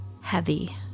heavy